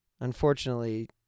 Unfortunately